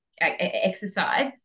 exercise